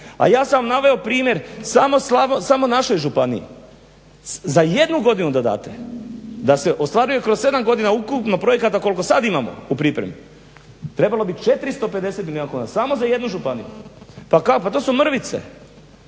A ja sam naveo primjer samo naše županije. Za jednu godinu da date da se ostvaruje kroz 7 godina ukupno projekata koliko sad imamo u pripremi trebalo bi 450 milijuna kuna samo za jednu županiju. Pa to su mrvice,